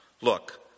Look